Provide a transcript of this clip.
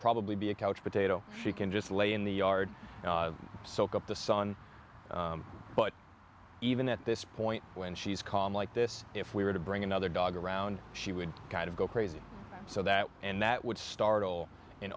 probably be a couch potato she can just lay in the yard and soak up the sun but even at this point when she's calm like this if we were to bring another dog around she would kind of go crazy so that and that would start